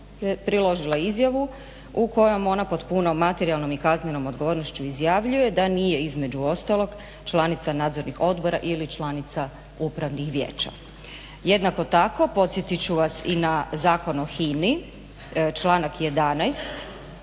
priložila je izjavu u kojom ona pod punom materijalnom i kaznenom odgovornošću izjavljuje da nije između ostalog članica nadzornih odbora ili članica Upravnih vijeća. Jednako tako podsjetit ću vas i na Zakon o HINA-i, članak 11.